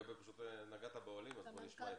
משרד הקליטה?